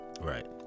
Right